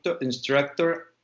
instructor